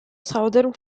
southern